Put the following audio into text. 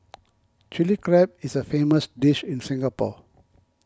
Chilli Crab is a famous dish in Singapore